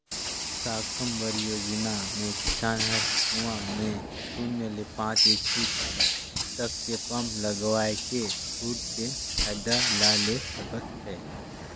साकम्बरी योजना मे किसान हर कुंवा में सून्य ले पाँच एच.पी तक के पम्प लगवायके छूट के फायदा ला ले सकत है